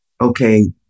okay